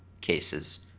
cases